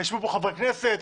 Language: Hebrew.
ישבו כאן חברי כנסת,